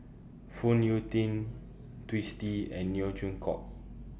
Phoon Yew Tien Twisstii and Neo Chwee Kok